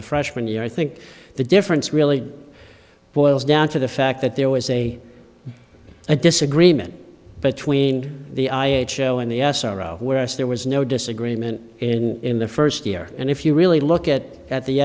the freshman year i think the difference really boils down to the fact that there was a a disagreement between the i h o and the s r o whereas there was no disagreement in the first year and if you really look at it at the